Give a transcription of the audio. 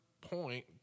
point